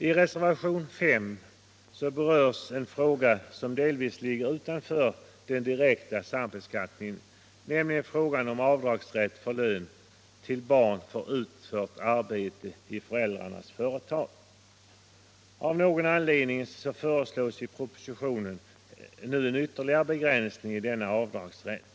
I reservationen 5 berörs en fråga som delvis ligger utanför den direkta sambeskattningen, nämligen frågan om avdragsrätt för lön till barn för utfört arbete i föräldrarnas företag. Av någon anledning föreslås i propositionen en ytterligare begränsning i denna avdragsrätt.